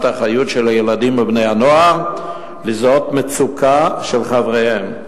האחריות של הילדים ובני-הנוער לזהות מצוקה של חבריהם.